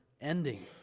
ending